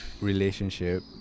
Relationship